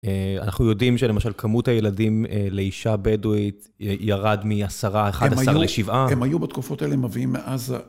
אנחנו יודעים שלמשל כמות הילדים לאישה בדואית ירד מעשרה - אחד עשר, לשבעה. הם היו, הם היו בתקופות האלה מביאים מעזה...